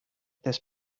this